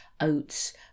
oats